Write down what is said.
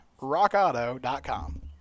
rockauto.com